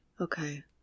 Okay